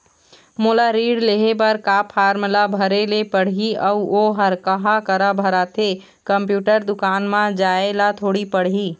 मोला ऋण लेहे बर का फार्म ला भरे ले पड़ही अऊ ओहर कहा करा भराथे, कंप्यूटर दुकान मा जाए ला थोड़ी पड़ही?